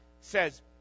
says